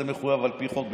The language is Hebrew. זה מחויב על פי חוק,